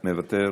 מוותר,